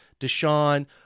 Deshaun